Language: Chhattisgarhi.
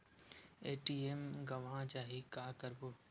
ए.टी.एम गवां जाहि का करबो?